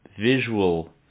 visual